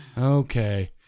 Okay